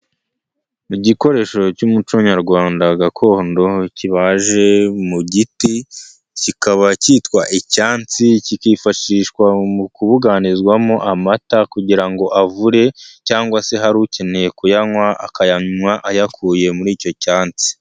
Igikoresho cy'umuco nyarwanda gakondo, kibaje mu giti kikaba cyitwa icyansi, kikaba kifashishwa mu kubuganizwamo amata, kugira ngo avure cyangwa se hari ukeneye kuyanywa akayanywa ayakuye muri icyo cyatsi.